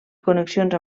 connexions